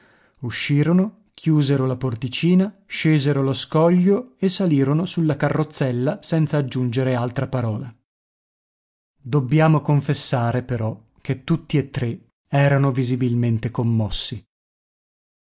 uscirono chiusero la porticina scesero lo scoglio e salirono sulla carrozzella senza aggiungere altra parola dobbiamo confessare però che tutti e tre erano visibilmente commossi